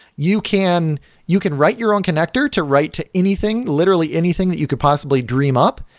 you can you can write your own connector to write to anything, literally, anything that you can possibly dream up,